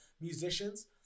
musicians